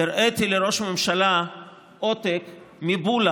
הראיתי לראש הממשלה עותק מבולה,